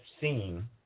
seen